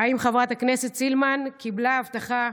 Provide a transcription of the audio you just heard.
האם חברת הכנסת סילמן קיבלה הבטחה,